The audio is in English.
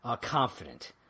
confident